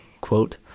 quote